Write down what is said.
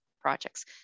projects